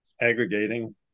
aggregating